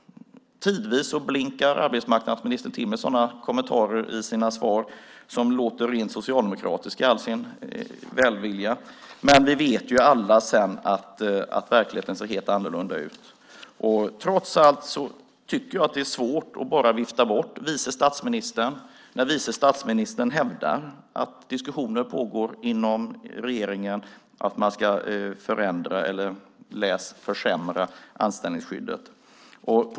Tidvis blinkar arbetsmarknadsministern till med kommentarer i sina svar som låter rent socialdemokratiska i all sin välvilja, men vi vet ju alla att verkligheten sedan ser helt annorlunda ut. Trots allt tycker jag att det är svårt att bara vifta bort vice statsministern när hon hävdar att diskussioner pågår inom regeringen om att man ska förändra, läs försämra, anställningsskyddet.